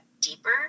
deeper